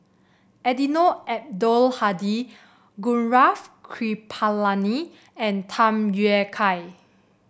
Eddino Abdul Hadi Gaurav Kripalani and Tham Yui Kai